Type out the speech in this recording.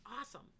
awesome